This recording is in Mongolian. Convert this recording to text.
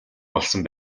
болсон